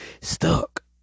stuck